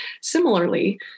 Similarly